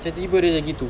cam tiba dia macam gitu